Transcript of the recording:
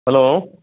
hello